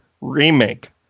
remake